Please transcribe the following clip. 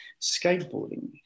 skateboarding